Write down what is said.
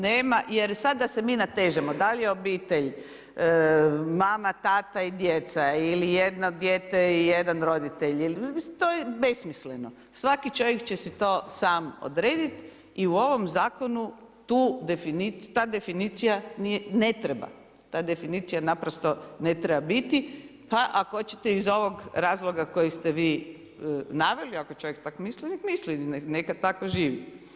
Nema, jer sada da se mi natežemo da li je obitelj mama, tata i djeca ili jedno dijete i jedan roditelj, to je besmisleno, svaki čovjek će si to sam odrediti i u ovom zakonu ta definicija ne treba, ta definicija naprosto ne treba biti, pa ako hoćete i iz ovog razloga koji ste vi naveli, ako čovjek tako misli, neka misli, neka tako živi.